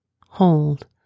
hold